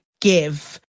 give